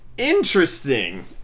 interesting